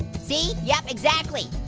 see, yup, exactly.